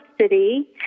city